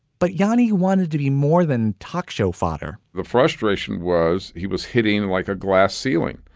but johnny wanted to be more than talk show fodder the frustration was he was hitting like a glass ceiling.